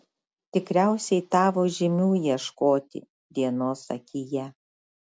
tikriausiai tavo žymių ieškoti dienos akyje